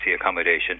accommodation